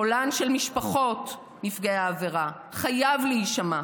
קולן של משפחות נפגעי העבירה, חייב להישמע.